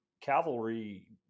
Cavalry –